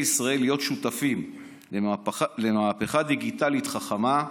ישראל להיות שותפים למהפכה דיגיטלית חכמה,